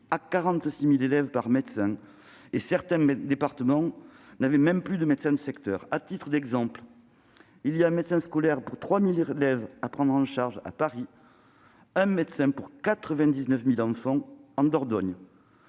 à 46 000 élèves par médecin et certains départements n'avaient même plus de médecin de secteur. À titre d'exemple, on compte un médecin scolaire pour 3 000 élèves à Paris et un médecin pour 99 000 en Dordogne,